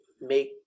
make